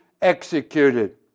executed